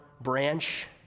branch